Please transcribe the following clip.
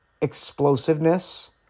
explosiveness